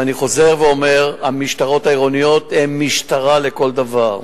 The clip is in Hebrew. ואני חוזר ואומר: המשטרות העירוניות הן משטרה לכל דבר,